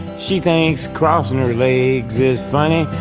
she thinks crosson really is funny.